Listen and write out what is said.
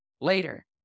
later